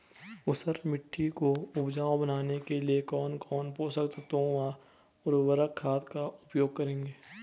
ऊसर मिट्टी को उपजाऊ बनाने के लिए कौन कौन पोषक तत्वों व उर्वरक खाद का उपयोग करेंगे?